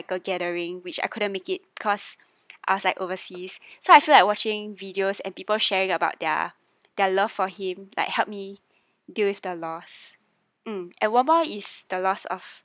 gathering which I couldn't make it cause I was like overseas so I feel like watching videos and people sharing about their their love for him like help me deal with the loss mm and one more is the loss of